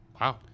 Wow